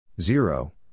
Zero